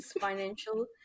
Financial